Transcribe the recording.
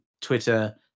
Twitter